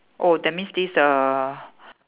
oh that means this the